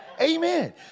Amen